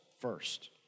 first